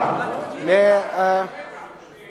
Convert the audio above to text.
אדוני היושב-ראש,